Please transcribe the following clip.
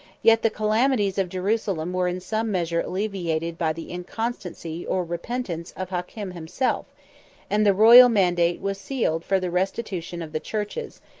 yet the calamities of jerusalem were in some measure alleviated by the inconstancy or repentance of hakem himself and the royal mandate was sealed for the restitution of the churches,